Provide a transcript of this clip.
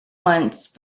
once